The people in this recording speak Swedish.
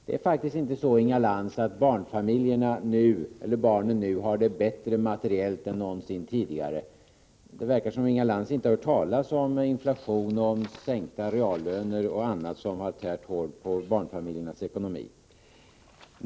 Det är faktiskt inte så, Inga Lantz, att barnen nu har det bättre materiellt än någonsin tidigare. Det verkar som om Inga Lantz inte har hört talas om inflation, om sänkta reallöner och annat som har tärt hårt på barnfamiljernas ekonomi.